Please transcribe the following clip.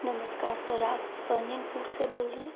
नमस्कार सर आप fun in food से बोल रहे हैं